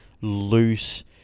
loose